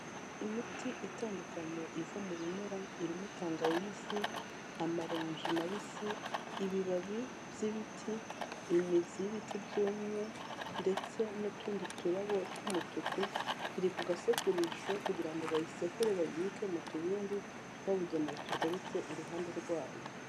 Imiti itandukanye iva mu bimera, irimo tangawizi, amaronji mabisi, ibibabi by'ibiti, imizi y'ibiti byumye, ndetse n'utundi turabo tw'umutuku, iri ku gasekurisho kugira ngo bayisekure, bayibike mu tubindi twabugenewe duteretse iruhande rwayo.